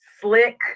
Slick